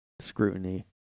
scrutiny